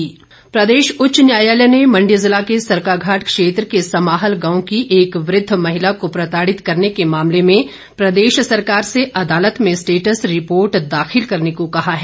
high court प्रदेश उच्च न्यायालय ने मंडी जिला के सरकाघाट क्षेत्र के समाहल गांव की एक वृद्ध महिला को प्रताड़ित करने के मामले में प्रदेश सरकार से अदालत में स्टेटस रिपोर्ट दाखिल करने को कहा है